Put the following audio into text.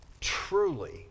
truly